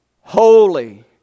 holy